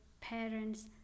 parents